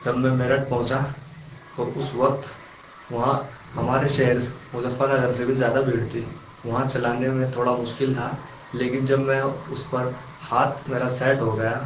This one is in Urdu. جب میں میرٹھ پہنچا تو اس وقت وہاں ہمارے شہر مظفر نگر سے بھی زیادہ بھیڑ تھی وہاں چلانے میں تھوڑا مشکل تھا لیکن جب میں اس پر ہاتھ میرا سیٹ ہو گیا